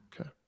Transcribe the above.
Okay